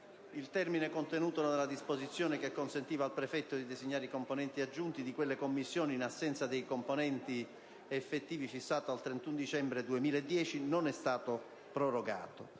Il termine contenuto nella disposizione che consentiva al prefetto di designare i componenti aggiunti di quelle commissioni, in assenza dei componenti effettivi, fissato al 31 dicembre 2010, non è stato prorogato.